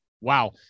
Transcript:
Wow